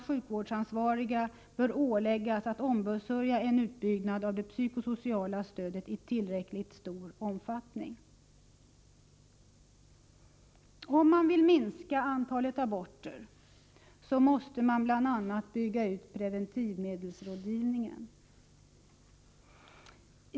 Sjukvårdsansvariga bör åläggas att ombesörja en utbyggnad av det psykosociala stödet i tillräckligt stor omfattning. Vill man minska antalet aborter måste man bl.a. bygga ut preventivmedelsrådgivningen.